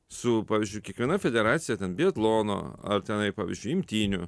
su pavyzdžiui kiekviena federacija ten biatlono ar tenai pavyzdžiui imtynių